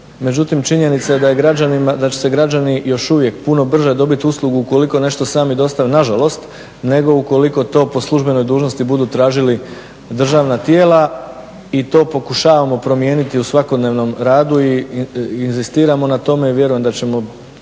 međutim činjenica je da će se građani još uvijek puno brže dobiti uslugu ukoliko nešto sami dostave, nažalost, nego ukoliko to po službenoj dužnosti budu tražili državna tijela i to pokušavamo promijeniti u svakodnevnom radu i inzistiramo na tome i vjerujem da ćemo